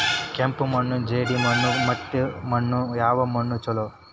ಕೆಂಪು ಮಣ್ಣು, ಜೇಡಿ ಮಣ್ಣು, ಮಟ್ಟಿ ಮಣ್ಣ ಯಾವ ಮಣ್ಣ ಛಲೋ?